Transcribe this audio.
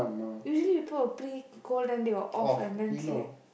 usually we put a pre cold then they will off and then sleep